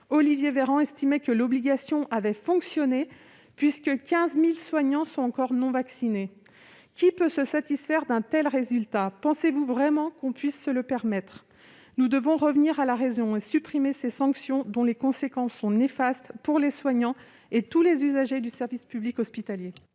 Olivier Véran estimait que l'obligation avait fonctionné, puisque seulement 15 000 soignants restaient encore non vaccinés. Qui peut se satisfaire d'un tel résultat ? Pensez-vous vraiment que l'on puisse se le permettre ? Nous devons revenir à la raison et supprimer ces sanctions, dont les conséquences sont néfastes pour les soignants et tous les usagers du service public hospitalier.